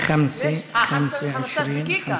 אה, חמסטאש דקיקה.